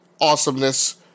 Awesomeness